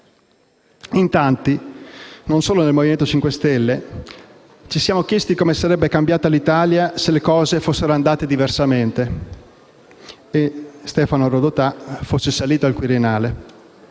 In tanti, non solo nel Movimento 5 Stelle, ci siamo chiesti come sarebbe cambiata l'Italia se le cose fossero andate diversamente e Stefano Rodotà fosse salito al Quirinale.